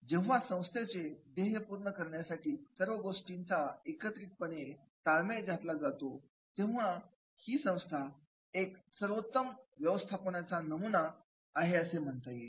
जेव्हा संस्थेचे ध्येय पूर्ण करण्यासाठी सर्व गोष्टींचा एकत्रितपणे ताळमेळ घातला जातो तेव्हा ही संस्था एका सर्वोत्तम व्यवस्थापनाचा नमुना आहे असे म्हणता येईल